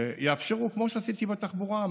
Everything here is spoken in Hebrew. שיאפשרו מהפכה, כמו שעשיתי בתחבורה.